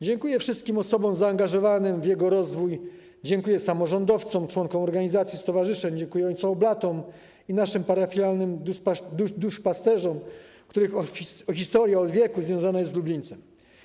Dziękuję wszystkim osobom zaangażowanym w jego rozwój, dziękuję samorządowcom, członkom organizacji stowarzyszeń, ojcom oblatom i naszym parafialnym duszpasterzom, których historia od wieków związana jest z Lublińcem.